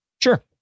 Sure